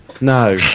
No